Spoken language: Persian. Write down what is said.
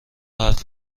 حرف